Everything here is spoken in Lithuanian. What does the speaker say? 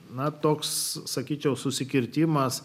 na toks sakyčiau susikirtimas